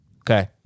Okay